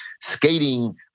skating